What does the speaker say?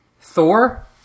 Thor